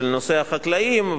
נושא החקלאים,